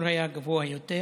השיעור היה גבוה יותר.